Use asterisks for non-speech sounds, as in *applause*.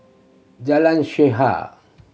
Jalan *unintelligible*